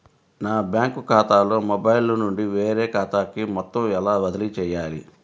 నా బ్యాంక్ ఖాతాలో మొబైల్ నుండి వేరే ఖాతాకి మొత్తం ఎలా బదిలీ చేయాలి?